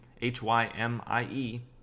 h-y-m-i-e